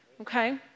okay